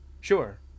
Sure